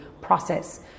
process